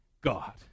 God